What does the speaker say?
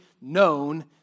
known